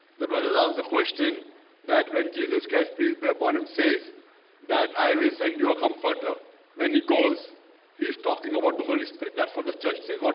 the brothers ah are the question that when jesus christ peace be upon him says that i will send you a comforter when he goes he's talking about the holy spirit that for the church says but